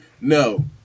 No